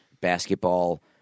basketball